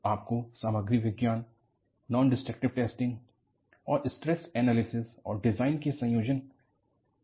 तो आपको सामग्री विज्ञान नॉनडिस्ट्रक्टिव टेस्टिंग और स्ट्रेस एनालिसिस और डिजाइन के संयोजन का की आवश्यकता है